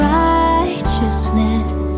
righteousness